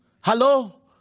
Hello